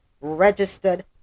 registered